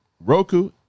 Roku